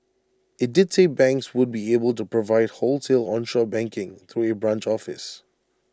IT did say banks would be able to provide wholesale onshore banking through A branch office